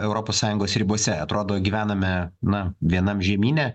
europos sąjungos ribose atrodo gyvename na vienam žemyne